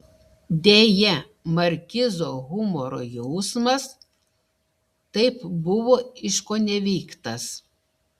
deja markizo humoro jausmas taip buvo iškoneveiktas